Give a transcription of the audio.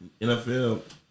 NFL